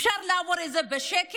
אפשר לעבור על זה בשקט?